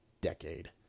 decade